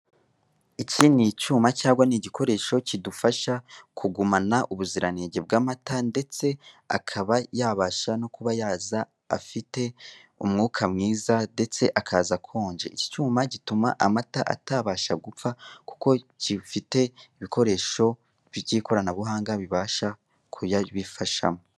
Iki ni icyuma cyangwa ni igikoresho kidufasha kugumana ubuziranenge bw'amata, ndetse akaba yabasha no kuba yaza afite umwuka mwiza, ndetse akaza akonje, iki cyuma gituma amata atabasha gupfa kuko gifite ibikoresho by'ikoranabuhanga bibasha kuyabifashamo.